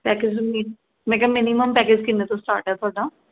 package ਮਿਂ ਮੈਂ ਕਿਹਾ ਮਿਨੀਮਮ ਪੈਕਿਜ ਕਿੰਨੇ ਤੋਂ ਸਟਾਰਟ ਹੈ ਤੁਹਾਡਾ